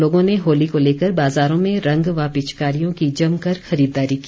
लोगों ने होली को लेकर बाजारों में रंग व पिचकारियों की जमकर खरीददारी की